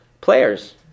players